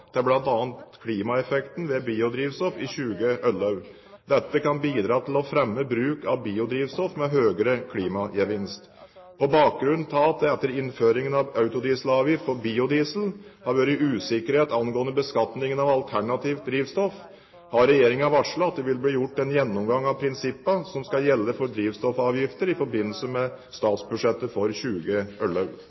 til bl.a. klimaeffekten ved biodrivstoff i 2011. Dette kan bidra til å fremme bruk av biodrivstoff med høyere klimagevinst. På bakgrunn av at det etter innføringen av autodieselavgift for biodiesel har vært usikkerhet angående beskatningen av alternativt drivstoff, har Regjeringen varslet at det vil bli gjort en gjennomgang av prinsippene som skal gjelde for drivstoffavgifter, i forbindelse med statsbudsjettet for